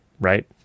right